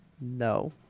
No